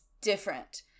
different